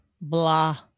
blah